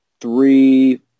three